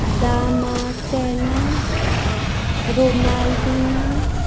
दामासॅना रोमाल्दिना